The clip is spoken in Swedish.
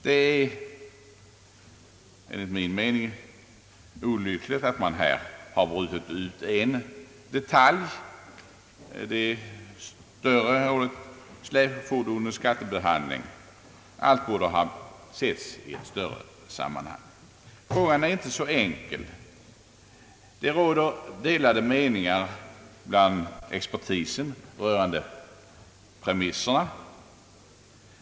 Det är enligt min mening olyckligt att man här har brutit ut en detalj, de större släpfordonens skattebehandling. Allt borde ha setts i ett större sammanhang. Frågan är inte så enkel. Det råder delade meningar bland expertisen rörande premisserna.